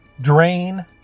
drain